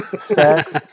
Facts